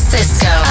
Cisco